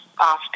Often